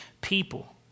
people